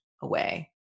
away